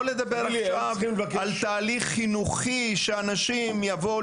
לא לדבר עכשיו על תהליך חינוכי שאנשים יבואו